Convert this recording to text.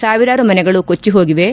ಸಾವಿರಾರು ಮನೆಗಳು ಕೊಟ್ಲ ಹೋಗಿವೆ